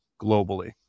globally